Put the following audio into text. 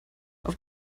auf